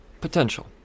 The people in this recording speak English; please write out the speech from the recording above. potential